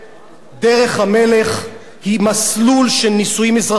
דרך המלך היא מסלול של נישואים אזרחיים למי